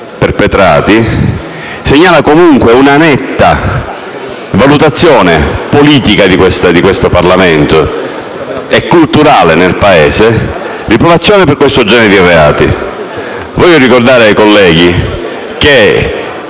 perpetrati, segnala comunque una netta valutazione politica di questo Parlamento e una valutazione culturale nel Paese di riprovazione per questo genere di reati. Voglio ricordare ai colleghi che